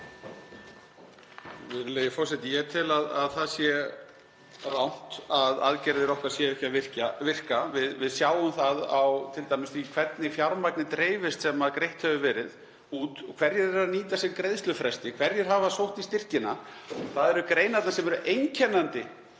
Virðulegi forseti. Ég tel að það sé rangt að aðgerðir okkar séu ekki að virka. Við sjáum það t.d. á því hvernig fjármagnið dreifist sem greitt hefur verið út. Hverjir eru að nýta sér greiðslufresti? Hverjir hafa sótt í styrkina? Það eru greinarnar sem eru einkennandi